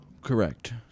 Correct